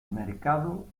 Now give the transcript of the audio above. mercado